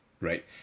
Right